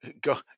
go